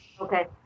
okay